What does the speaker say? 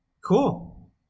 cool